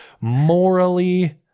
Morally